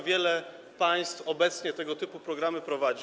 Wiele państw obecnie tego typu programy prowadzi.